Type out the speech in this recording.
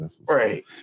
right